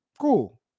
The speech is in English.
Cool